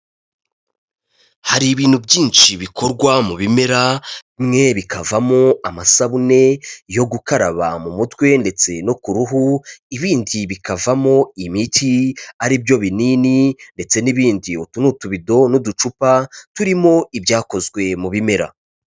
Hari ibintu byinshi bikorwa mu bimera, bimwe bikavamo amasabune yo gukaraba mu mutwe ndetse no ku ruhu, ibindi bikavamo imiti aribyo binini ndetse n'ibindi. Utu ni utubido n'uducupa turimo ibyakozwe mu bimera.